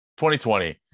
2020